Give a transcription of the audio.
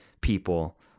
people